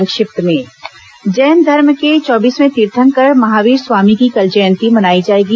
संक्षिप्त समाचार जैन धर्म के चौबीसवें तीर्थंकर महावीर स्वामी की कल जयंती मनाई जाएगी